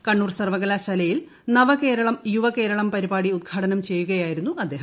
കണ്ണൂർ സർവ്വകലാശാലയിൽ നവകേരളം യുവ കേരളം പരിപാടി ഉദ്ഘാടനം ചെയ്യുകയായിരുന്നു അദ്ദേഹം